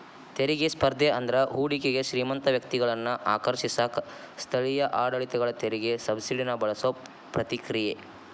ತೆರಿಗೆ ಸ್ಪರ್ಧೆ ಅಂದ್ರ ಹೂಡಿಕೆಗೆ ಶ್ರೇಮಂತ ವ್ಯಕ್ತಿಗಳನ್ನ ಆಕರ್ಷಿಸಕ ಸ್ಥಳೇಯ ಆಡಳಿತಗಳ ತೆರಿಗೆ ಸಬ್ಸಿಡಿನ ಬಳಸೋ ಪ್ರತಿಕ್ರಿಯೆ